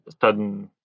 sudden